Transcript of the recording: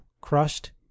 crushed